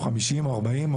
50 או 40,